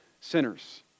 sinners